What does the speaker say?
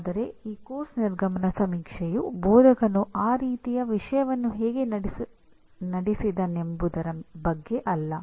ಆದರೆ ಈ ಪಠ್ಯಕ್ರಮದ ನಿರ್ಗಮನ ಸಮೀಕ್ಷೆಯು ಬೋಧಕನು ಆ ರೀತಿಯ ವಿಷಯವನ್ನು ಹೇಗೆ ನಡೆಸಿದನೆಂಬುದರ ಬಗ್ಗೆ ಅಲ್ಲ